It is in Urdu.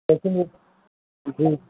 دیکھیں گے جی